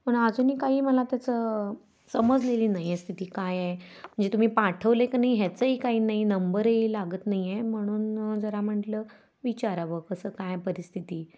पण अजूनही काही मला त्याचं समजलेली नाही आहे स्थिती काय आहे म्हणजे तुम्ही पाठवलं आहे का नाही ह्याचंही काही नाही नंबरही लागत नाही आहे म्हणून जरा म्हटलं विचारावं कसं काय परिस्थिती